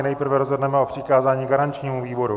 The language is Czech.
Nejprve rozhodneme o přikázání garančnímu výboru.